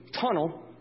tunnel